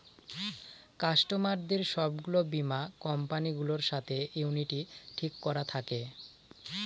কাস্টমারদের সব গুলো বীমা কোম্পানি গুলোর সাথে ইউনিটি ঠিক করা থাকে